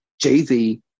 Jay-Z